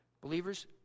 Believers